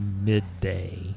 midday